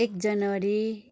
एक जनवरी